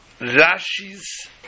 Rashi's